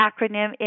acronym